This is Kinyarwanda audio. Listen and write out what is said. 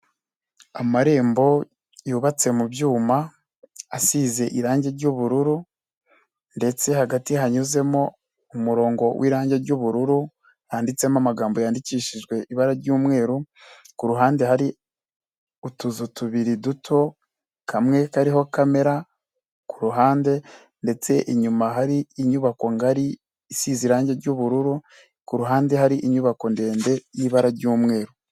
Amarembo yubatse mu byuma asize irangi ry'ubururu ndetse hagati hanyuzemo umurongo w'irangi ry'ubururu handitse mo amagambo yandikishijwe ibara ry'umweru kuruhande, hari utuzu tubiri duto kamwe kariho kamera ku ruhande ndetse inyuma hari inyubako ngari isize irangi ry'ubururu kuruhande hari inyubako ndende y'ibara r'mweru.